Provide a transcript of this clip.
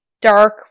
dark